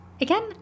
again